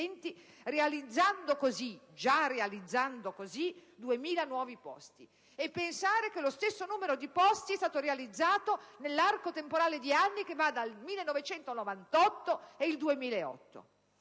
esistenti, già realizzando così 2.000 nuovi posti. E pensare che lo stesso numero di posti è stato realizzato nell'arco temporale di anni che va dal 1998 al 2008.